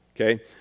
okay